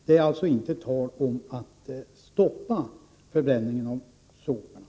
Det är alltså inte tal om att stoppa förbränningen av sopor.